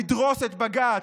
לדרוס את בג"ץ,